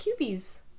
cubies